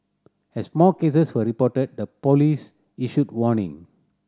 as more cases were reported the police issued warning